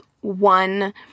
one